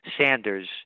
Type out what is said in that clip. Sanders